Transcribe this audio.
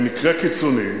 במקרה קיצוני,